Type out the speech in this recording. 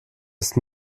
ist